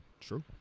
True